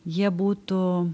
jie būtų